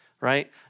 Right